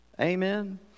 Amen